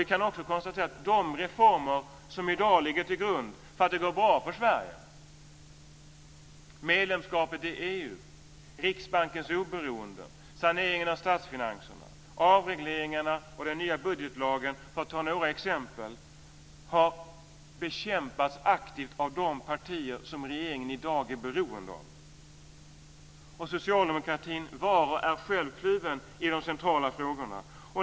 Vi kan också konstatera att de reformer som i dag ligger till grund för att det går bra för Sverige, medlemskapet i EU, Riksbankens oberoende, saneringen av statsfinanserna, avregleringarna och den nya budgetlagen, för att ta några exempel, har bekämpats aktivt av de partier som regeringen i dag är beroende av. Socialdemokratin var och är kluven i de centrala frågorna.